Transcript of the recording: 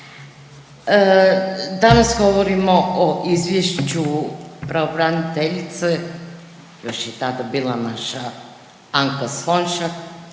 Danas govorimo o izvješću pravobraniteljice, još je tada bila naša Anka Slonjšak,